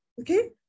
Okay